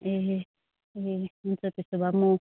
ए ए हुन्छ त्यसो भए म